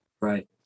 Right